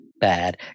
bad